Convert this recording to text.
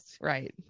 Right